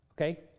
Okay